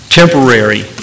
temporary